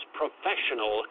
professional